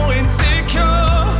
insecure